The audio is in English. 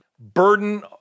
burden